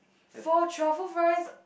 for truffle fries